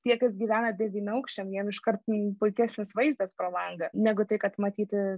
tie kas gyvena devynaukščiam jam iškart puikesnis vaizdas pro langą negu tai kad matyti